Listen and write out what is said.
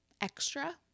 extra